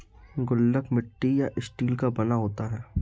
गुल्लक मिट्टी या स्टील का बना होता है